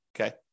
okay